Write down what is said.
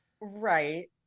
Right